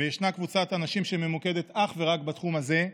ויש קבוצת אנשים שממוקדת רק בתחום זה,